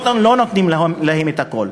לא נותנים להם את הכול.